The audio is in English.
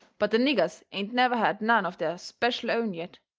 but the niggers ain't never had none of their special own yet.